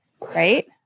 Right